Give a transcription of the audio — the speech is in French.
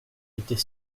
était